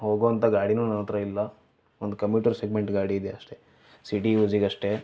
ಹೋಗೋವಂಥ ಗಾಡಿಯೂ ನನ್ನ ಹತ್ರ ಇಲ್ಲ ಒಂದು ಕಮ್ಯೂಟರ್ ಸೆಗ್ಮೆಂಟ್ ಗಾಡಿ ಇದೆ ಅಷ್ಟೆ ಸಿಟಿ ಯೂಸಿಗೆ ಅಷ್ಟೆ